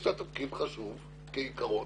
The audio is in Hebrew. יש לה תפקיד חשוב כעיקרון,